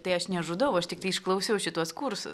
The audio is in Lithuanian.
tai aš nežudau aš tiktai išklausiau šituos kursu